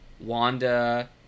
Wanda